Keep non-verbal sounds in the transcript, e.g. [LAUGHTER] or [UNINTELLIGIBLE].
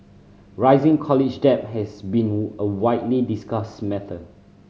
rising college debt has been [UNINTELLIGIBLE] a widely discussed matter